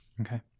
Okay